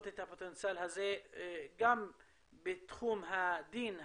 את הפוטנציאל הזה גם בתחום הדין האישי,